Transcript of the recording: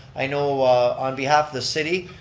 i know on behalf of the city,